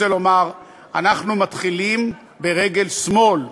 רוצה לומר שאנחנו מתחילים ברגל שמאל.